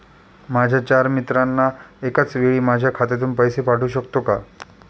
माझ्या चार मित्रांना एकाचवेळी माझ्या खात्यातून पैसे पाठवू शकतो का?